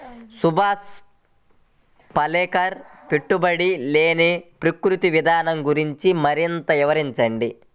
సుభాష్ పాలేకర్ పెట్టుబడి లేని ప్రకృతి విధానం గురించి మరింత వివరించండి